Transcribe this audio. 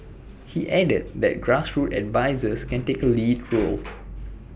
he added that grassroots advisers can take A lead role